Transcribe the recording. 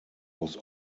was